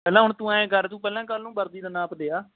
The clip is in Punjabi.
ਪਹਿਲਾਂ ਹੁਣ ਤੂੰ ਆਏਂ ਕਰ ਤੂੰ ਪਹਿਲਾਂ ਕੱਲ੍ਹ ਨੂੰ ਵਰਦੀ ਦਾ ਨਾਪ ਦੇ ਆ